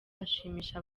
ashimisha